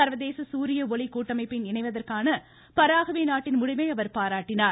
சர்வதேச சூரிய ஒளி கூட்டமைப்பின் இணைவதற்கான பராகுவே நாட்டின் முடிவை அவர் பாராட்டினார்